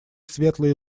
светлые